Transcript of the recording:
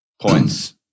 points